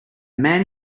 man